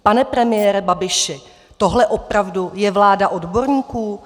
Pane premiére Babiši, tohle je opravdu vláda odborníků?